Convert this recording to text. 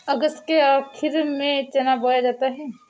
अगस्त के आखिर में चना बोया जाता है